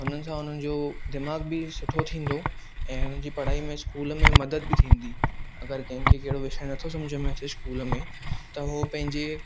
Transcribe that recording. हुननि सां हुननि जो दिमाग़ बि सुठो थींदो ऐं हुननि जी पढ़ाई में स्कूल में मदद बि थींदी अगरि कंहिं खे कहिड़ो विषय न थो सम्झ में अचे स्कूल में त हू पंहिंजे